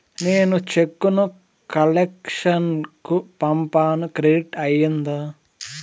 నేను చెక్కు ను కలెక్షన్ కు పంపాను క్రెడిట్ అయ్యిందా